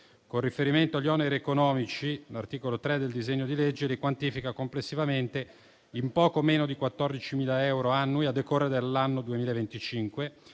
Con riferimento agli oneri economici, l'articolo 3 del disegno di legge li quantifica complessivamente in poco meno di 14.000 euro annui, a decorrere dall'anno 2025,